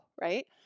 right